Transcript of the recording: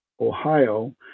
ohio